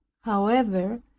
however,